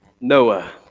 Noah